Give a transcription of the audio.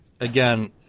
again